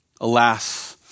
Alas